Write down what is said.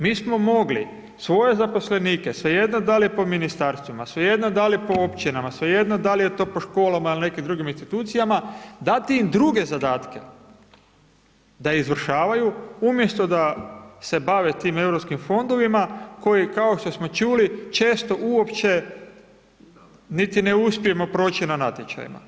Mi smo mogli svoje zaposlenike, svejedno da li po ministarstvima, svejedno da li po općinama, svejedno da li je to po školama ili nekim drugim institucijama, dati im druge zadatke da izvršavaju umjesto da se bave tim Europskim fondovima koji, kao što smo čuli, često uopće niti ne uspijemo proći na natječajima.